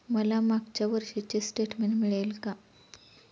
मला मागच्या वर्षीचे स्टेटमेंट मिळेल का?